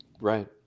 Right